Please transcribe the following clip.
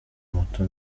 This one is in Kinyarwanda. moto